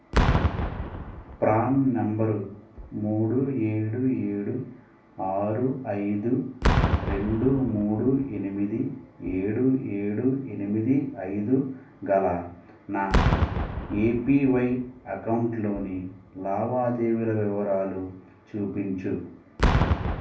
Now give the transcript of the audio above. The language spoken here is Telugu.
ప్రాన్ నంబరు మూడు ఏడు ఏడు ఆరు ఐదు రెండు మూడు ఎనిమిది ఏడు ఏడు ఎనిమిది ఐదు గల నా ఏపీవై అకౌంట్లోని లావాదేవీల వివరాలు చూపించు